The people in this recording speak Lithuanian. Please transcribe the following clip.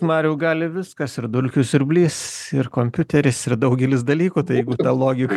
mariau gali viskas ir dulkių siurblys ir kompiuteris ir daugelis dalykų tai jeigu ta logika